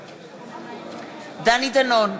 נגד דני דנון,